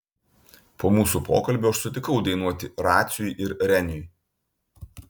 po mūsų pokalbio aš sutikau dainuoti raciui ir reniui